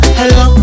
hello